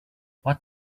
what